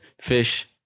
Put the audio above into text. Fish